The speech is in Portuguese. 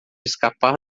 escapar